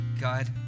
God